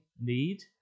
need